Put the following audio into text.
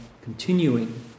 continuing